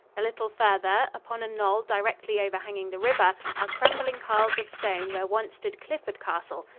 a little farther, upon a knoll directly overhanging the river, are crumbling piles of stone where once stood clifford castle,